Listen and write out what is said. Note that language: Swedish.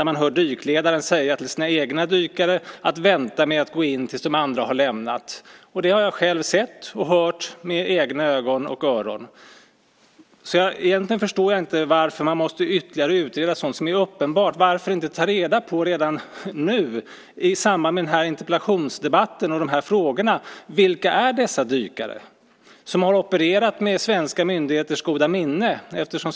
Man hör dykledaren säga till de egna dykarna att vänta med att gå in tills de andra lämnat platsen. Jag har sett och hört det med egna ögon och öron, och därför förstår jag egentligen inte varför man ytterligare måste utreda sådant som är uppenbart. Varför inte redan nu, i samband med den här interpellationsdebatten och frågorna, ta reda på vilka de dykare är som med svenska myndigheters goda minne opererat där.